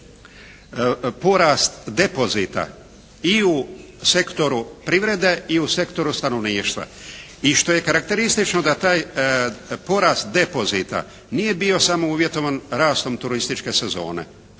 porast depozita i u sektoru privrede i u sektoru stanovništva. I što je karakteristično da taj porast depozita nije bio samo uvjetovan rastom turističke sezone